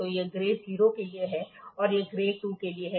तो यह ग्रेड 0 के लिए है और यह ग्रेड 2 के लिए है